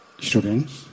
students